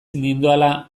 nindoala